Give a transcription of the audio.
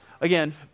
again